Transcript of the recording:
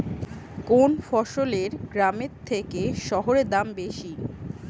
কোন ফসলের গ্রামের থেকে শহরে দাম বেশি?